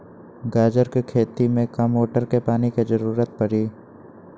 गाजर के खेती में का मोटर के पानी के ज़रूरत परी?